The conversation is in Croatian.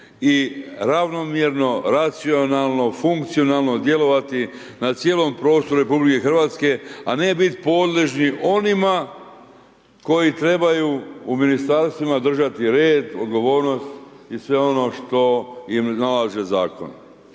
i ravnomjerno racionalno, funkcionalno djelovati na cijelom prostoru Republike Hrvatske, a ne biti podložni onima koji trebaju u ministarstvima držati red, odgovornost i sve ono što im je naložio zakon.